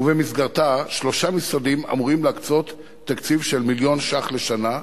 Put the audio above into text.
ובמסגרתה שלושה משרדים אמורים להקצות תקציב של מיליון שקל לשנה,